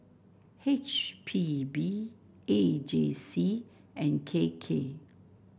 H P B A J C and K K